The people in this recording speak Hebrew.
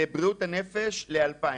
לבריאות הנפש ל-2,000.